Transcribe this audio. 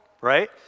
right